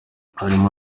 harimo